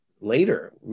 later